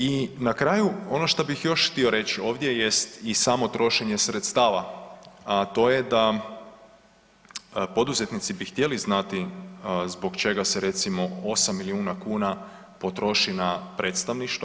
I na kraju ono što bih još htio reći ovdje jest i samo trošenje sredstava, a to je da poduzetnici bi htjeli znati zbog čega se recimo 8 miliona kuna potroši na predstavništva.